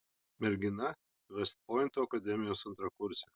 mergina vest pointo akademijos antrakursė